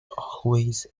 always